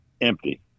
Empty